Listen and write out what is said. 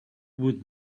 would